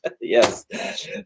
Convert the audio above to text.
Yes